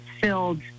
filled